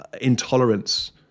intolerance